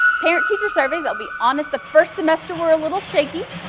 parent teacher surveys, i'll be honest, the first semester were a little shaky,